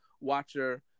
watcher